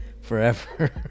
forever